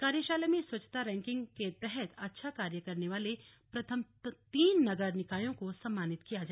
कार्यशाला में स्वच्छता रैंकिंग के तहत अच्छा कार्य करने वाले प्रथम तीन नगर निकायों को सम्मानित किया गया